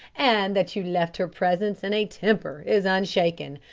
and that you left her presence in a temper, is unshaken.